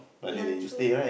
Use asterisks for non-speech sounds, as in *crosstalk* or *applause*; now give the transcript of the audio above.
ya true *noise*